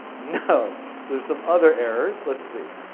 no. so there's some other errors, let's see.